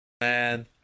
Man